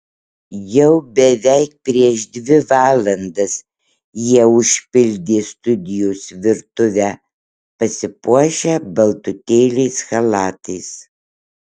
jau beveik prieš dvi valandas jie užpildė studijos virtuvę pasipuošę baltutėliais chalatais